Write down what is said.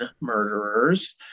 murderers